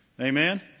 Amen